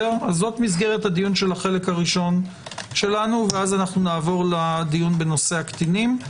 זו מסגרת הדיון של החלק הראשון שלנו ואז נעבר לדיון בנושא הקטינים.